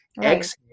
Exhale